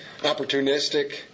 opportunistic